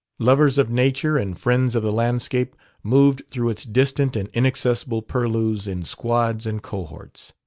lovers of nature and friends of the landscape moved through its distant and inaccessible purlieus in squads and cohorts.